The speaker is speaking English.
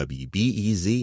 wbez